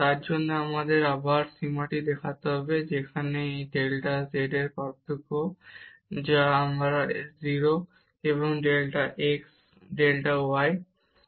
তার জন্য আমাদের আবার এই সীমা দেখাতে হবে যেখানে এই ডেল্টা z এই পার্থক্য যা আবার এই 0 এবং ডেল্টা x ডেল্টা y